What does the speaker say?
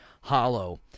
Hollow